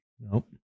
Nope